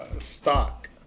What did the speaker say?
stock